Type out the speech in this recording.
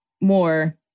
more